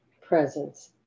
presence